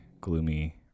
gloomy